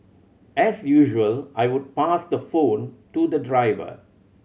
as usual I would pass the phone to the driver